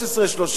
15,000,